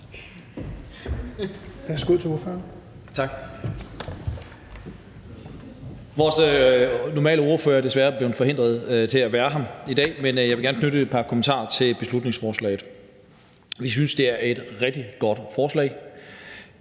Vores sædvanlige ordfører er desværre blevet forhindret i at være her i dag, men jeg vil gerne knytte et par kommentarer til beslutningsforslaget. Vi synes, det er et rigtig godt forslag.